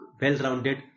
well-rounded